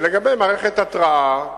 לגבי מערכת התרעה,